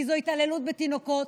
כי זו התעללות בתינוקות,